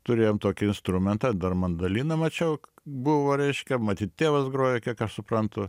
turėjom tokį instrumentą dar mandaliną mačiau buvo reiškia matyt tėvas grojo kiek aš suprantu